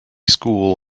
school